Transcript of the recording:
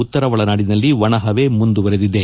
ಉತ್ತರ ಒಳನಾಡಿನಲ್ಲಿ ಒಣ ಹವೆ ಮುಂದುವರಿದಿದೆ